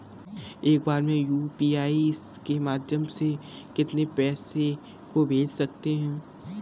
एक बार में यू.पी.आई के माध्यम से कितने पैसे को भेज सकते हैं?